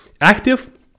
active